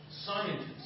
scientists